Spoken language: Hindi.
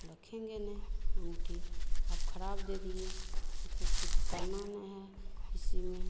रखेंगे नहीं अँगूठी आप ख़राब दे दिए हमको तो कुछ करना नहीं है इसी में